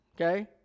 okay